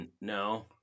No